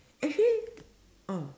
actually ah